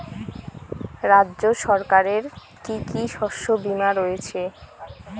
রাজ্য সরকারের কি কি শস্য বিমা রয়েছে?